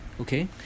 Okay